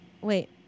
Wait